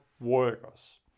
workers